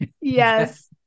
yes